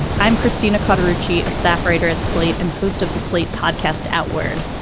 i'm christina carter ritchie, a staff writer at slate and host of the slate podcast outward.